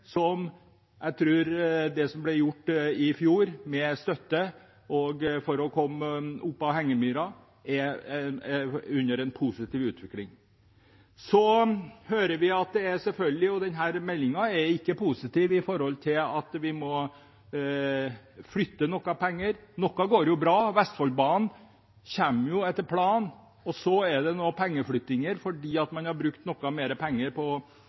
jeg tror det som ble gjort i fjor med støtte for å komme opp av hengemyra, er i en positiv utvikling. Denne meldingen er ikke positiv med tanke på at vi må flytte noen penger. Noe går jo bra. Vestfoldbanen kommer etter planen. Så er det noen pengeflyttinger fordi man har brukt noe mer penger på